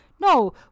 no